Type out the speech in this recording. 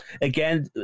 Again